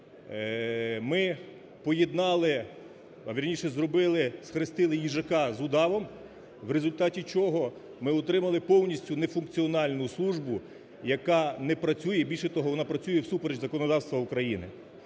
ми поєднали… вірніше, зробили… схрестили їжака з удавом, в результаті чого ми отримали повністю не функціональну службу, яка не працює, і більше того, вона працює всупереч законодавства України.